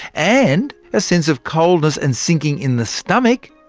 and a sense of coldness and sinking in the stomach,